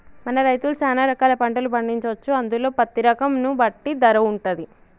మన రైతులు సాన రకాల పంటలు పండించొచ్చు అందులో పత్తి రకం ను బట్టి ధర వుంటది